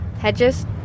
hedges